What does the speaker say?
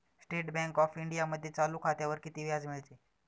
State bank of इंडियामध्ये चालू खात्यावर किती व्याज मिळते?